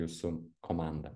jūsų komandą